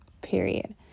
period